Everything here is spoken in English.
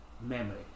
memory